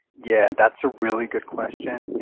yeah, that's a really good question.